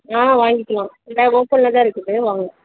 ஆ வாங்கிக்கலாம் கடை ஓப்பனில் தான் இருக்குது வாங்க